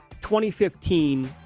2015